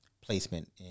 placement